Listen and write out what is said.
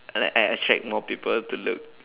like I attract more people to look